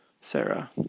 Sarah